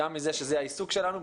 גם מזה שזה העיסוק שלנו,